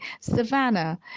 Savannah